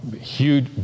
huge